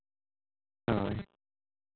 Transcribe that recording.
ᱦᱳᱭ